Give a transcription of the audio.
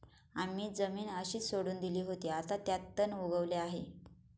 आम्ही जमीन अशीच सोडून दिली होती, आता त्यात तण उगवले आहे